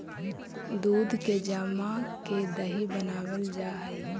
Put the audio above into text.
दूध के जमा के दही बनाबल जा हई